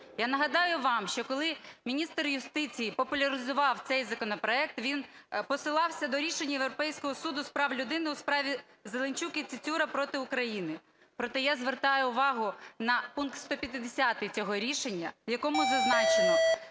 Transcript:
Я нагадаю вам, що коли міністр юстиції популяризував цей законопроект, він посилався до рішень Європейського суду з прав людини у справі "Зеленчук і Цицюра проти України". Проте я звертаю увагу на пункт 150 цього рішення, в якому зазначено,